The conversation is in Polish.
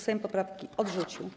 Sejm poprawki odrzucił.